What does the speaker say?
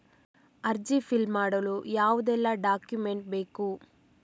ಅರ್ಜಿ ಫಿಲ್ ಮಾಡಲು ಯಾವುದೆಲ್ಲ ಡಾಕ್ಯುಮೆಂಟ್ ಬೇಕು?